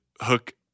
hook